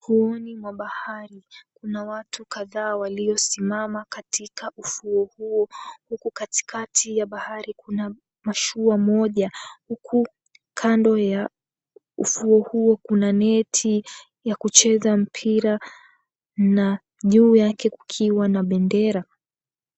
Ufuoni mwa bahari kuna watu kadhaa waliosimama katika ufuo huo huku katikati ya bahari kuna mashua moja huku kando ya ufuo huo kuna neti ya kucheza mpira na juu yake kukiwa na bendera.